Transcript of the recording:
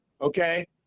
Okay